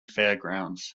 fairgrounds